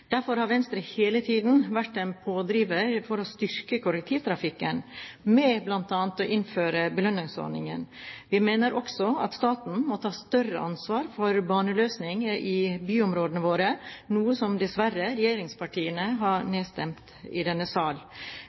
Derfor har Venstre hele tiden vært en pådriver for å styrke kollektivtrafikken, med bl.a. å innføre belønningsordningen. Vi mener også at staten må ta større ansvar for baneløsninger i byområdene våre, noe som dessverre regjeringspartiene har nedstemt i denne sal.